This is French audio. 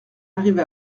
arriva